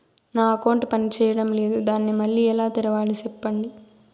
నా అకౌంట్ పనిచేయడం లేదు, దాన్ని మళ్ళీ ఎలా తెరవాలి? సెప్పండి